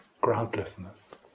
groundlessness